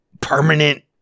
permanent